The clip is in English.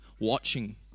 watching